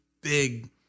big